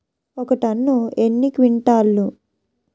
ఒక టన్ను ఎన్ని క్వింటాల్లు?